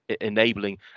enabling